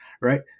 right